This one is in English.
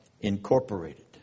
incorporated